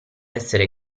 essere